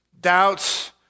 doubts